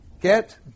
Get